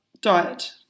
Diet